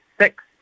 six